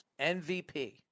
MVP